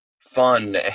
fun